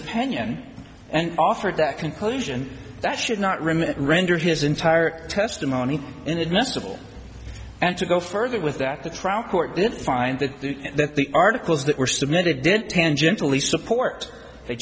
opinion and offered that conclusion that should not remain render his entire testimony inadmissible and to go further with that the trial court didn't find that that the articles that were submitted did tangentially support they